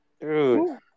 dude